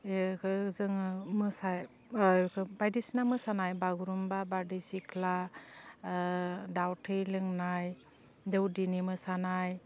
बेखो जोङो मोसा खौ बायदिसिना मोसानाय बागुरुम्बा बारदै सिख्ला दाउ थै लोंनाय दौदिनि मोसानाय